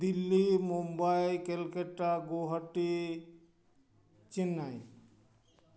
Delhi Mumbai Kolkata Guwahati Chennai